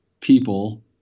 people